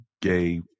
gay